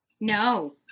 No